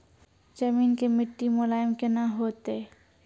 जमीन के मिट्टी मुलायम केना होतै?